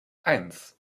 eins